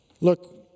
Look